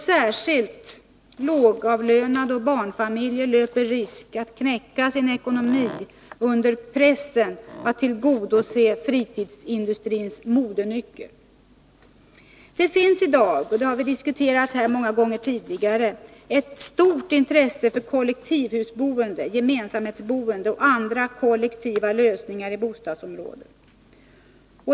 Särskilt lågavlönade och barnfamiljer löper risk att knäcka sin ekonomi under pressen att tillgodose fritidsindustrins modenycker. Det finns i dag — och det har vi diskuterat många gånger tidigare — ett stort intresse för kollektivhusboende och andra kollektiva lösningar i bostadsområdena.